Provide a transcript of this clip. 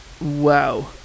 wow